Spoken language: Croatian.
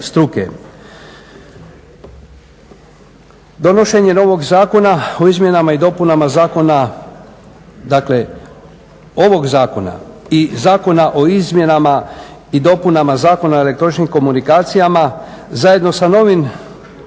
zakona i Zakona o izmjenama i dopunama Zakona o elektroničkim komunikacijama zajedno sa novim